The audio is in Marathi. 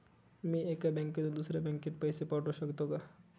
मी एका बँकेतून दुसऱ्या बँकेत पैसे पाठवू शकतो का?